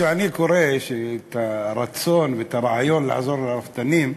כשאני קורא את הרצון ואת הרעיון לעזור לרפתנים,